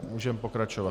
Můžeme pokračovat.